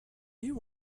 you